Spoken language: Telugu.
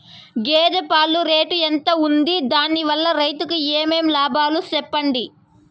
గేదె పాలు రేటు ఎంత వుంది? దాని వల్ల రైతుకు ఏమేం లాభాలు సెప్పండి?